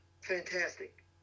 fantastic